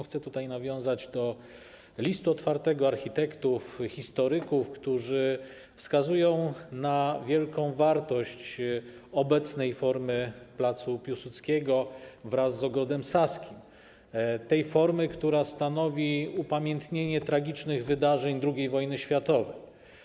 Chcę tutaj nawiązać do listu otwartego architektów, historyków, którzy wskazują na wielką wartość obecnej formy placu Piłsudskiego wraz z ogrodem Saskim, tej formy, która stanowi upamiętnienie tragicznych wydarzeń II wojny światowej.